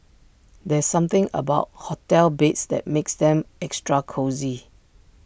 there's something about hotel beds that makes them extra cosy